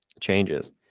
changes